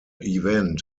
event